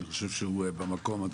אני חושב שהיא במקום.